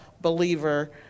believer